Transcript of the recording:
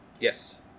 Yes